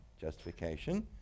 justification